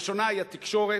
הראשונה היא התקשורת,